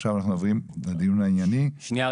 עכשיו אנחנו עוברים לדיון הענייני --- שנייה,